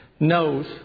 Knows